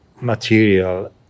material